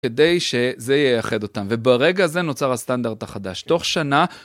כדי שזה יייחד אותם, וברגע הזה נוצר הסטנדרט החדש. תוך שנה...